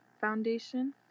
Foundation